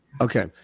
Okay